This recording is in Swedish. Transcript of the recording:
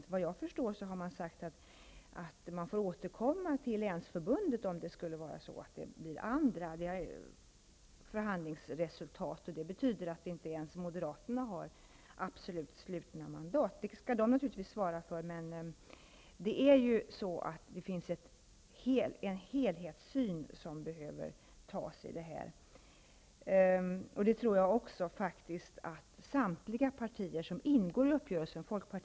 Men såvitt jag förstår har det sagts att man får återkomma till Länsförbundet om det skulle bli andra förhandlingsresultat. Det betyder att inte ens Moderaterna har absolut slutna mandat. Men det är naturligtvis något som de får svara för. Vad som behövs här är en helhetssyn. Jag tror faktiskt att samtliga partier som ingår i den här uppgörelsen -- dvs.